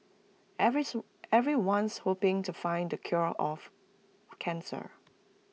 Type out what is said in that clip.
everyone's hoping to find the cure of cancer